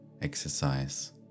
exercise